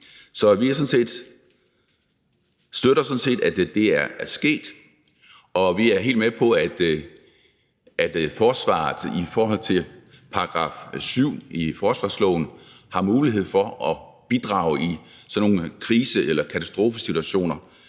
Så vi støtter sådan set, at det er sket, og vi er helt med på, at forsvaret i forhold til § 7 i forsvarsloven har mulighed for at bidrage i sådan nogle krise- eller katastrofesituationer;